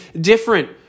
different